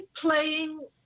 playing